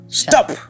stop